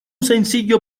sencillo